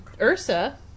URSA